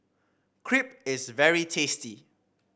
crepe is very tasty